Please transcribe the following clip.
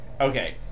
Okay